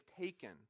taken